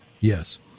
Yes